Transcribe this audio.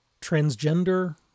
transgender